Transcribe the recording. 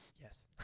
Yes